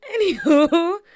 Anywho